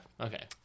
Okay